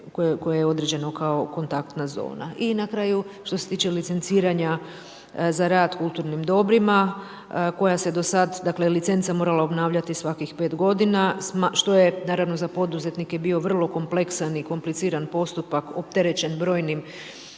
koje je određeno kao kontaktna zona. I na kraju što se tiče licenciranja za rad kulturnim dobrima, koja se do sad dakle licenca morala obnavljati svakih 5 godina, što je naravno za poduzetnike bio vrlo kompleksan i kompliciran postupak opterećen brojnim